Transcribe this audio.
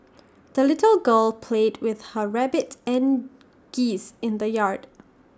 the little girl played with her rabbit and geese in the yard